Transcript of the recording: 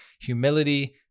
humility